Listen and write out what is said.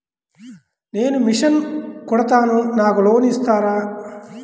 నేను మిషన్ కుడతాను నాకు లోన్ ఇస్తారా?